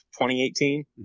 2018